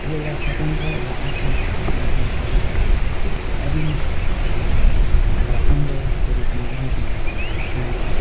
यो एउटा स्वतन्त्र एउटा आफ्नै भारत वंशको एउटा अभिन्न है एउटा अङ्गको रूपमा रहेको एउटा स्थान थियो